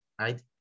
right